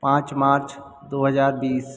पाँच मार्च दो हज़ार बीस